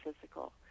physical